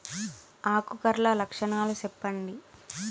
ఆకు కర్ల లక్షణాలు సెప్పండి